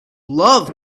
love